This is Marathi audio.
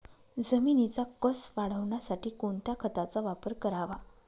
जमिनीचा कसं वाढवण्यासाठी कोणत्या खताचा वापर करावा?